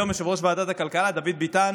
יושב-ראש ועדת הכלכלה דוד ביטן